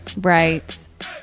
right